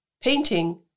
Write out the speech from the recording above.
painting